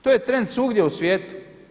To je trend svugdje u svijetu.